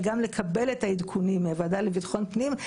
וגם לקבל את העדכונים היא הוועדה לביטחון פנים,